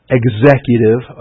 executive